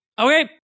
okay